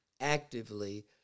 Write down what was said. actively